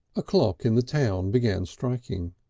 a clock in the town began striking.